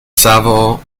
savo